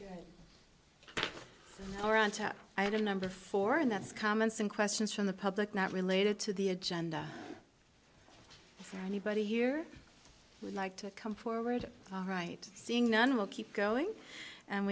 don't number four and that's comments and questions from the public not related to the agenda for anybody here would like to come forward right seeing none will keep going and